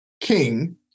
king